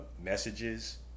messages